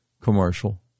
commercial